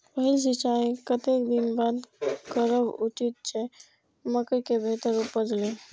पहिल सिंचाई कतेक दिन बाद करब उचित छे मके के बेहतर उपज लेल?